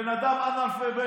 בן אדם אנאלפבית,